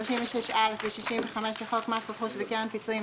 36(א) ו-65 לחוק מס רכוש וקרן פיצויים,